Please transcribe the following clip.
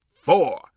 four